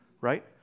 right